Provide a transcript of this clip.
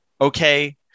okay